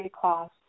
class